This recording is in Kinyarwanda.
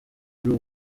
muri